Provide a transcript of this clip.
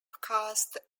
cast